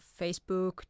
Facebook